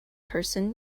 person